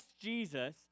Jesus